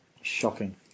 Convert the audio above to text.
Shocking